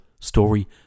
story